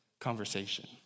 conversation